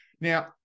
Now